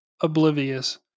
oblivious